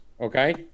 okay